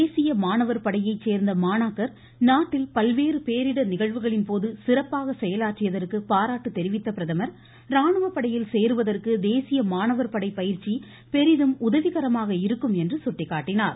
தேசிய மாணவர் படையை சேர்ந்த மாணாக்கர் நாட்டில் பல்வேறு பேரிடர் நிகழ்வுகளின் போது சிறப்பாக செயலாற்றியதற்கு பாராட்டு தெரிவித்த பிரதமர் ராணுவப்படையில் சேருவதற்கு தேசிய மாணவர் படை பயிற்சி பெரிதும் உதவிகரமாக இருக்கும் என்று சுட்டிக்காட்டினார்